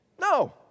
No